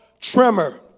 tremor